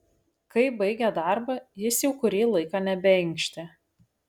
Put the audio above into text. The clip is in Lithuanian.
kai baigė darbą jis jau kurį laiką nebeinkštė